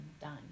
done